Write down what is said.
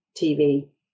TV